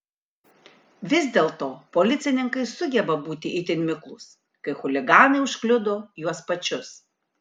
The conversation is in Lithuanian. vis dėlto policininkai sugeba būti itin miklūs kai chuliganai užkliudo juos pačius